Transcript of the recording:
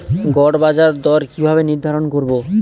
গড় বাজার দর কিভাবে নির্ধারণ করব?